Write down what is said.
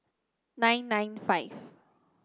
nine nine five